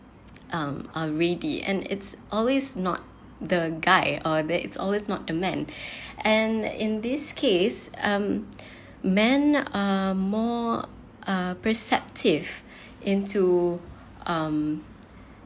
um uh ready and it's always not the guy or that is always not the man and in this case um men are more uh perceptive into um